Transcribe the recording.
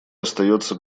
остается